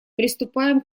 приступаем